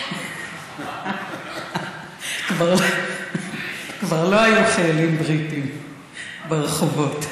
כבר לא היו חיילים בריטים ברחובות,